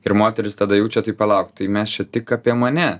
ir moteris tada jaučia tai palauk tai mes čia tik apie mane